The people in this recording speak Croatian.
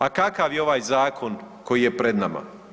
A kakav je ovaj zakon koji je pred nama?